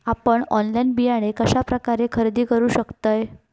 आपन ऑनलाइन बियाणे कश्या प्रकारे खरेदी करू शकतय?